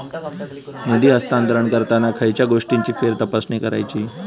निधी हस्तांतरण करताना खयच्या गोष्टींची फेरतपासणी करायची?